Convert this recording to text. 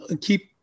keep